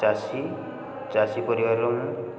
ଚାଷୀ ଚାଷୀ ପରିବାରର ମୁଁ